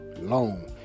long